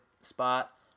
spot